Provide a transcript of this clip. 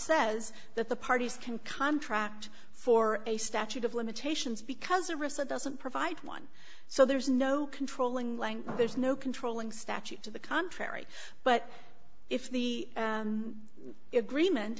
says that the parties can contract for a statute of limitations because a receipt doesn't provide one so there is no controlling lang there's no controlling statute to the contrary but if the agreement